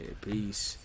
Peace